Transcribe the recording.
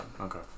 okay